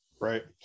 Right